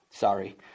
Sorry